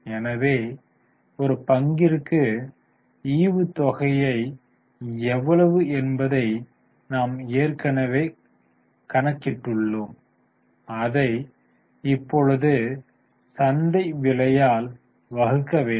எனவே ஒரு பங்கிற்கு ஈவுத்தொகையை எவ்வளவு என்பதை நாம் ஏற்கனவே கணக்கிட்டுள்ளோம் அதை இப்பொழுது சந்தை விலையால் வகுக்க வேண்டும்